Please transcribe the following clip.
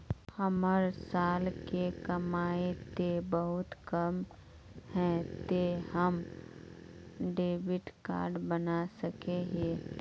हमर साल के कमाई ते बहुत कम है ते हम डेबिट कार्ड बना सके हिये?